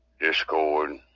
Discord